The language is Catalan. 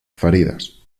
ferides